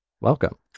welcome